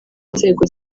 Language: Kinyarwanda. nzego